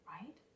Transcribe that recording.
right